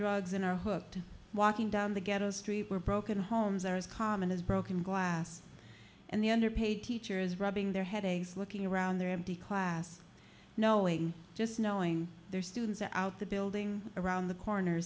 drugs and are hooked walking down the ghetto streets were broken homes are as common as broken glass and the underpaid teachers rubbing their head looking around their empty class knowing just knowing their students are out the building around the corner